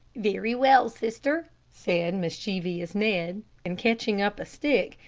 very well, sister, said mischievous ned and catching up a stick,